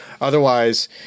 Otherwise